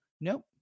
Nope